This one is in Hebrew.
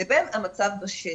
לבין המצב בשטח.